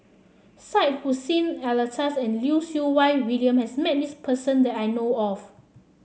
Syed Hussein Alatas and Lim Siew Wai William has met this person that I know of